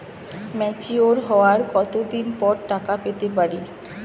Mature হওয়ার কত দিন পর টাকা পেতে পারি?